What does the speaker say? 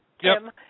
Jim